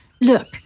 Look